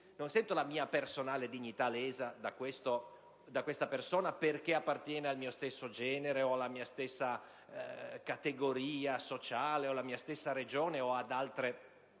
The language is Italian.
non sento la mia personale dignità lesa da questa persona perché appartiene al mio stesso genere, piuttosto che alla mia stessa categoria sociale, alla mia regione o ad altre